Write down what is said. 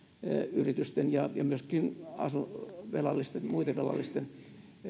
yritysten ja myöskin muiden velallisten